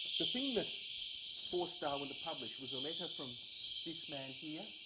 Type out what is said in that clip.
the thing that forced darwin to publish was a letter from this man here,